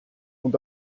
und